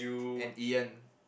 and Ian